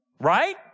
right